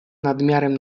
nadmiarem